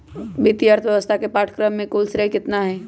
वित्तीय अर्थशास्त्र के पाठ्यक्रम के कुल श्रेय कितना हई?